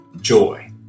joy